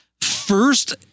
first